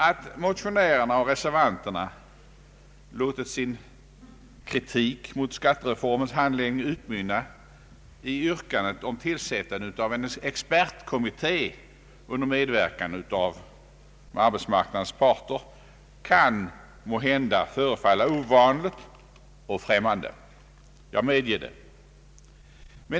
Att motionärerna och reservanterna låtit sin kritik mot skattereformens handläggning utmynna i yrkandet om tillsättande av en expertkommitté under medverkan av arbetsmarknadens parter kan måhända förefalla ovanligt och främmande, jag medger det.